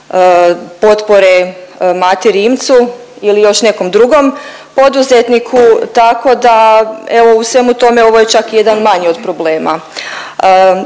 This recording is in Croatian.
potpore Mati Rimcu ili još nekom drugom poduzetniku tako da evo u svemu tome ovo je čak i jedan od manjih problema.